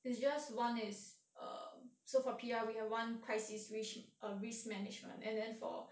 is just one is err so far P_R we have one crisis risk err risk management and then for